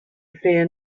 fear